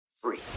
free